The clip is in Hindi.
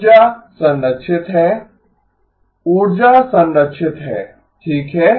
ऊर्जा संरक्षित है ऊर्जा संरक्षित है ठीक है